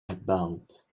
about